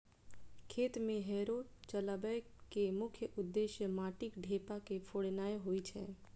खेत मे हैरो चलबै के मुख्य उद्देश्य माटिक ढेपा के फोड़नाय होइ छै